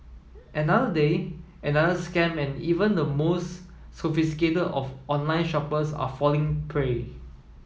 another day another scam and even the most sophisticated of online shoppers are falling prey